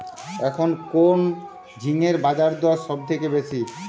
এখন কোন ঝিঙ্গের বাজারদর সবথেকে বেশি?